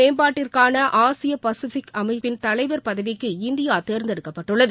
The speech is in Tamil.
மேம்பாட்டிற்கானஆசியபசிபிக் அமைப்பின் தலைவர் பதவிக்கு ஒலிபரப்பு இந்தியாதேர்ந்தெடுக்கப்பட்டுள்ளது